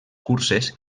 curses